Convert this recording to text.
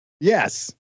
Yes